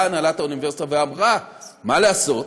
באה הנהלת האוניברסיטה ואמרה: מה לעשות?